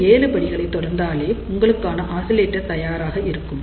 இந்த ஏழு படிகளை தொடர்ந்தாலே உங்களுக்கான ஆசிலேட்டர் தயாராக இருக்கும்